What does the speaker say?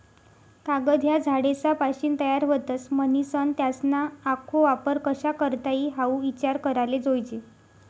कागद ह्या झाडेसपाशीन तयार व्हतस, म्हनीसन त्यासना आखो वापर कशा करता ई हाऊ ईचार कराले जोयजे